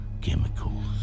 chemicals